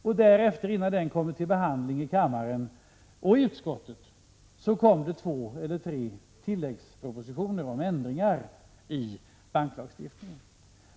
Innan denna behandlades i utskottet och i kammaren, kom det också två eller tre tilläggspropositioner om ändringar i banklagstiftningen.